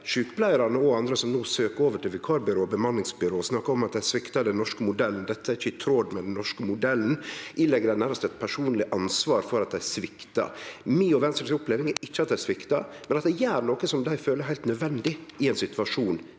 sjukepleiarane og andre som no søkjer over til vikarbyrå og bemanningsbyrå, og snakkar om at dei sviktar den norske modellen, at det ikkje er i tråd med den norske modellen, og nærmast ilegg dei eit personleg ansvar for at dei sviktar. Mi og Venstre si oppleving er ikkje at dei sviktar, men at dei gjer noko som dei føler er heilt nødvendig i ein situasjon